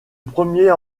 premier